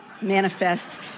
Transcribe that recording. manifests